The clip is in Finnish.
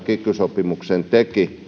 kiky sopimuksen aikanaan